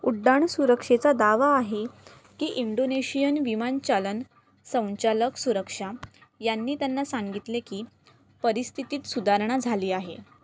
उड्डाण सुरक्षेचा दावा आहे की इंडोनेशियन विमानचालन संचालक सुरक्षा यांनी त्यांना सांगितले की परिस्थितीत सुधारणा झाली आहे